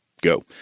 go